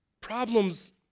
Problems